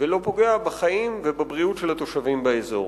ולא פוגע בחיים ובבריאות של התושבים באזור.